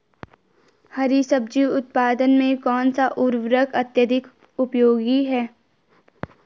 हरी सब्जी उत्पादन में कौन सा उर्वरक अत्यधिक उपयोगी है?